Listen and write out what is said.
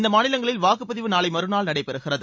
இந்த மாநிலங்களில் வாக்குப்பதிவு நாளை மறுநாள் நடைபெறுகிறது